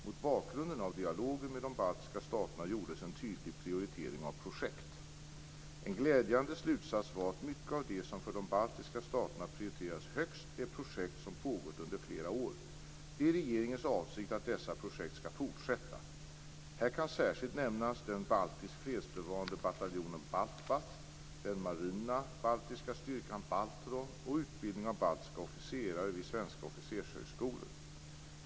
Mot bakgrund av dialogen med de baltiska staterna gjordes en tydlig prioritering av projekt. En glädjande slutsats var att mycket av det som för de baltiska staterna prioriteras högt är projekt som pågått under flera år. Det är regeringens avsikt att dessa projekt skall fortsätta. Här kan särskilt nämnas den baltiska fredsbevarande bataljonen BALTBAT, den baltiska marina styrkan BALTRON och utbildning av baltiska officerare vid svenska officershögskolor.